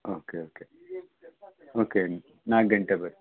okay okay okay ನಾಲ್ಕು ಗಂಟೆಗೆ ಬರ್ತೀನಿ